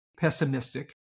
pessimistic